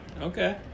Okay